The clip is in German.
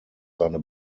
seine